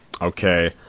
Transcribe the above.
Okay